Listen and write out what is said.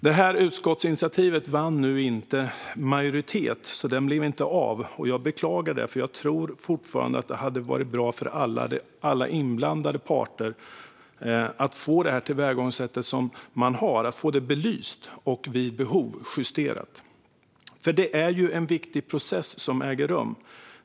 Det här utskottsinitiativet vann inte majoritet, så det blev inte av. Jag beklagar det, för jag tror fortfarande att det hade varit bra för alla inblandade parter att få tillvägagångssättet belyst och vid behov justerat. Det är en viktig process som äger rum.